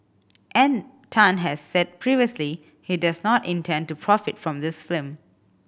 and Tan has said previously he does not intend to profit from this film